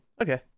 Okay